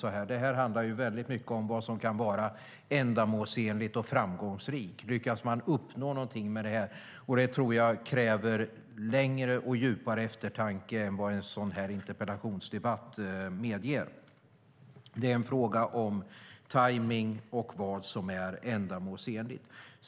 Det är en fråga om vad som kan vara ändamålsenligt och framgångsrikt. Lyckas man uppnå något med detta? Jag tror att det kräver längre och djupare eftertanke än vad en interpellationsdebatt som denna medger. Det är en fråga om timing och om vad som är ändamålsenligt.